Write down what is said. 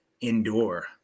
indoor